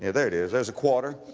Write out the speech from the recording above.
yeah there it is, there's a quarter.